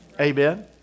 Amen